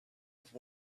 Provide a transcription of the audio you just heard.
have